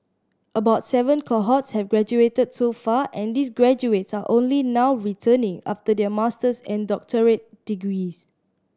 about seven cohorts have graduated so far and these graduates are only now returning after their master's and doctorate degrees